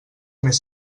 més